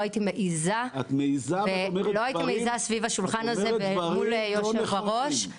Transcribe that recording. ולא הייתי מעיזה להגיד דברים מול יושב הראש להגיד את הדברים האלו.